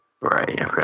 Right